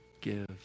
give